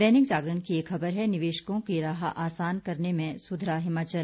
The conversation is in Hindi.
दैनिक जागरण की एक खबर है निवेशकों की राह आसान करने में सुधरा हिमाचल